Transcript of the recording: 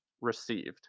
received